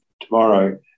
tomorrow